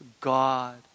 God